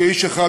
כאיש אחד,